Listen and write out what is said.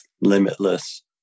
limitless